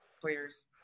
players